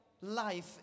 life